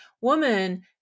woman